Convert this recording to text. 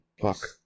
Fuck